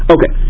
Okay